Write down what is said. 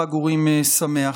חג אורים שמח.